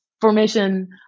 formation